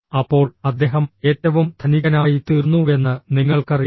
അപ്പോൾ അദ്ദേഹം ഏറ്റവും ധനികനായിത്തീർന്നുവെന്ന് നിങ്ങൾക്കറിയാം